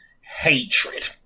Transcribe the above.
hatred